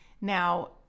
Now